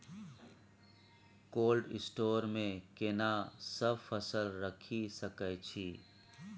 Cold store मे केना सब फसल रखि सकय छी?